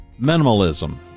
Minimalism